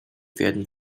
werden